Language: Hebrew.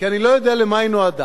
כי אני לא יודע למה היא נועדה.